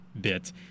bit